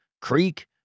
creek